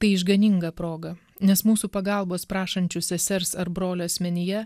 tai išganinga proga nes mūsų pagalbos prašančių sesers ar brolio asmenyje